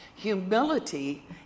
Humility